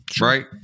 Right